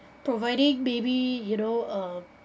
providing maybe you know uh